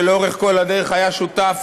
שלאורך כל הדרך היה שותף